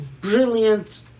brilliant